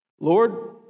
Lord